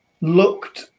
Looked